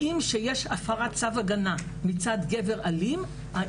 כשיש הפרת צו הגנה מצד גבר אלים,